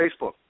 facebook